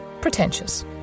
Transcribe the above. pretentious